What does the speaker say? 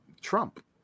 Trump